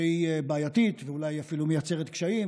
שהיא בעייתית ואולי אפילו מייצרת קשיים,